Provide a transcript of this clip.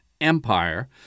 Empire